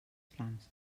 francs